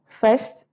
first